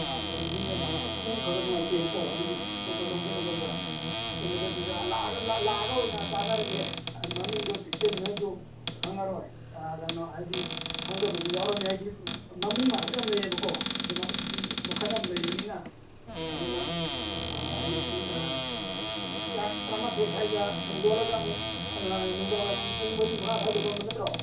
ꯀꯩꯅꯣꯒꯤꯅꯦꯕ ꯈꯨ ꯈꯔ ꯈꯔ ꯅꯨꯡꯉꯥꯏꯇꯦꯕꯀꯣ ꯑꯗꯨꯒꯤ ꯄꯣꯠꯇꯣ ꯂꯧꯒꯦ ꯇꯧꯕ ꯑꯗꯨꯗ ꯂꯥꯛꯑꯒ ꯑꯣꯏꯅ ꯇꯥꯟꯅꯔꯁꯦ ꯃꯃꯤꯡꯗꯣ ꯏꯇꯩꯃꯅꯁꯨ ꯈꯪꯉꯔꯣꯏ ꯀꯩꯅꯣ ꯍꯥꯏꯗꯤ ꯈꯪꯗꯕꯁꯨ ꯌꯥꯎꯔꯅꯤ ꯍꯥꯏꯗꯤ ꯃꯃꯤꯡ ꯃꯥꯟꯅꯕ ꯌꯥꯝ ꯂꯩꯌꯦꯕꯀꯣ ꯑꯗꯨꯅ ꯍꯧꯖꯤꯛꯀꯤ ꯃꯈꯟ ꯌꯥꯝ ꯂꯩꯕꯅꯤꯅ ꯑꯗꯨꯅ ꯑꯩ ꯄꯨꯡ ꯇꯥꯡ ꯇꯔꯥꯃꯥꯊꯣꯏ ꯁ꯭ꯋꯥꯏꯗ ꯑꯃꯨꯛ ꯂꯣꯜꯂꯒꯅ ꯑꯃꯨꯛ ꯅꯨꯡꯗꯥꯡ ꯋꯥꯏꯔꯝꯒꯤ ꯄꯨꯡ ꯃꯔꯤ ꯃꯉꯥ ꯁ꯭ꯋꯥꯏꯗ ꯂꯣꯟꯕ ꯅꯠꯇ꯭ꯔꯣ